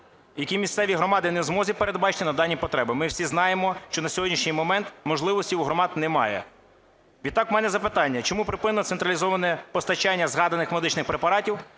які місцеві громади не в змозі передбачити на дані потреби. Ми всі знаємо, що на сьогоднішній момент можливості у громад немає. Відтак в мене запитання. Чому припинене централізоване постачання згаданих медичних препаратів?